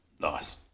Nice